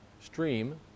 stream